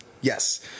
Yes